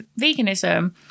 veganism